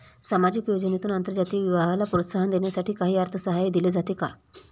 सामाजिक योजनेतून आंतरजातीय विवाहाला प्रोत्साहन देण्यासाठी काही अर्थसहाय्य दिले जाते का?